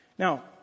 Now